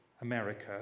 america